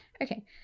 Okay